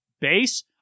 base